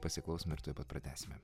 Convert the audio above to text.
pasiklausome ir tuoj pat pratęsime